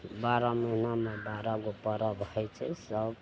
बारह महिनामे बारहगो पर्व होइ छै सब